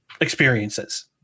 experiences